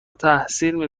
تحصیل